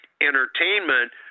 entertainment